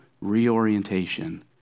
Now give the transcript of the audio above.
reorientation